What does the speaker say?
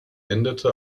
endete